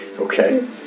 Okay